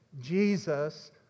Jesus